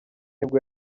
nibwo